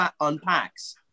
unpacks